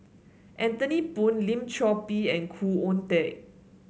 Anthony Poon Lim Chor Pee and Khoo Oon Teik